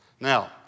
Now